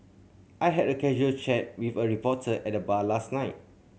I had a casual chat with a reporter at the bar last night